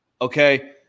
Okay